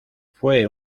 fue